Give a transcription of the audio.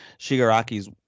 Shigaraki's